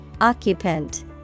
Occupant